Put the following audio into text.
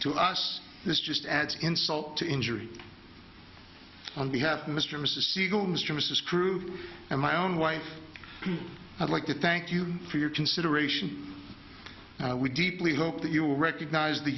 to us this just adds insult to injury and we have mr mrs siegel mr mrs crewe and my own wife i'd like to thank you for your consideration we deeply hope that you will recognize the